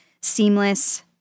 Seamless